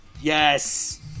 Yes